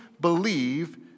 believe